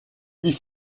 wie